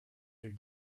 their